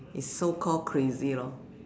is so call crazy lor